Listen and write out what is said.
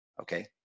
Okay